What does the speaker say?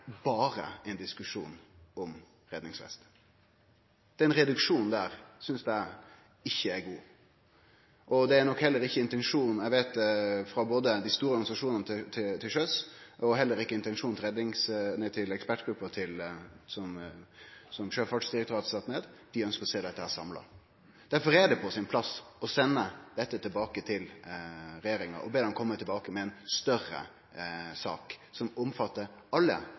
ein diskusjon om redningsvest. Den reduksjonen der synest eg ikkje er god. Eg veit det ikkje er intensjonen til dei store organisasjonane, og det er heller ikkje intensjonen til ekspertgruppa som Sjøfartsdirektoratet sette ned – dei ønskjer å sjå dette samla. Derfor er det på sin plass å sende dette tilbake til regjeringa, og be dei kome tilbake med ei større sak, som omfattar alle